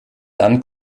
dann